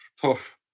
Tough